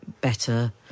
better